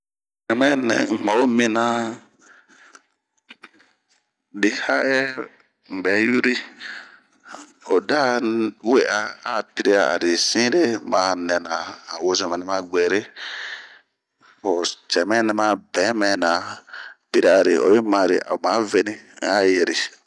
Cɛmɛnɛ mɛ ma'o mina, li ha'ɛɛ'bɛ n'bɛ yuri, o da we'a a piri'a ri sin re ma nɛ na han wozomɛ nɛma guere? cɛmɛ nɛ ma bɛɛ mɛ na piri'ari ,oyi you ho a o veni.